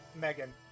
Megan